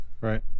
Right